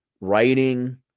writing